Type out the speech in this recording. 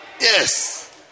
Yes